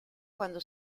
cuando